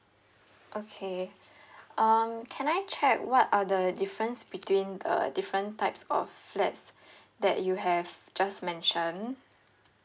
okay um can I check what are the difference between uh different types of flats that you have just mentioned